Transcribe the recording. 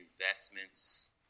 investments